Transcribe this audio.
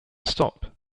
stop